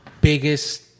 biggest